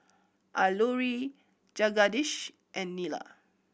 Alluri Jagadish and Neila